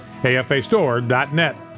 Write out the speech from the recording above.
afastore.net